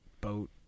boat